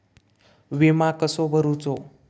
विमा कसो भरूचो?